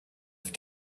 have